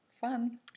fun